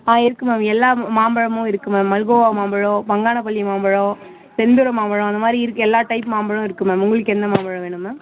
ஆ இருக்குது மேம் எல்லா மாம்பழமும் இருக்குது மேம் மல்கோவா மாம்பழம் பங்கனப்பள்ளி மாம்பழம் செந்தூரம் மாம்பழம் அந்த மாதிரி இருக்குது எல்லா டைப் மாம்பழமும் இருக்குது மேம் உங்களுக்கு எந்த மாம்பழம் வேணும் மேம்